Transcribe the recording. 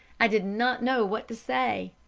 i did not know what to say.